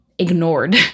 ignored